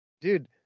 Dude